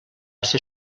ser